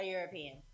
European